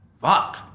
fuck